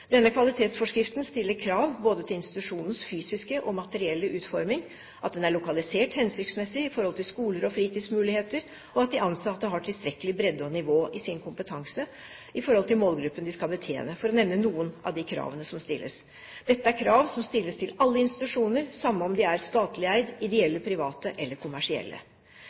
Kvalitetsforskriften stiller krav til institusjonens utforming både fysisk og materielt, at den er lokalisert hensiktsmessig i forhold til skoler og fritidsmuligheter, og at de ansatte har tilstrekkelig bredde og nivå i sin kompetanse i forhold til målgruppen de skal betjene, for å nevne noen av de kravene som stilles. Dette er krav som stilles til alle institusjoner, samme om de er statlig eide, ideelle private eller kommersielle.